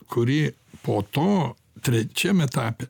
kurį po to trečiam etape